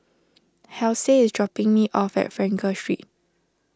Halsey is dropping me off at Frankel Street